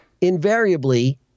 invariably